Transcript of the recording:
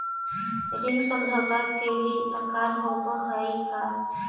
ऋण समझौता के भी प्रकार होवऽ हइ का?